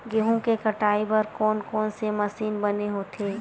गेहूं के कटाई बर कोन कोन से मशीन बने होथे?